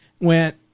went